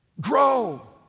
Grow